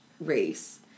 race